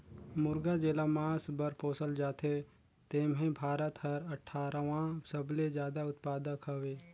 मुरगा जेला मांस बर पोसल जाथे तेम्हे भारत हर अठारहवां सबले जादा उत्पादक हवे